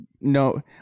no